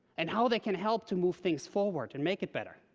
and how they can help to move things forward, and make it better.